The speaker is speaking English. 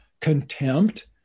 contempt